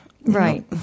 Right